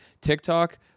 TikTok